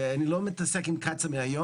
אני לא מתעסק עם קצא"א מהיום,